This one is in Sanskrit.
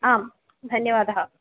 आं धन्यवादः